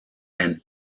and